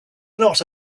not